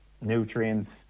nutrients